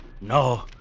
No